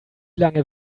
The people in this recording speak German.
lange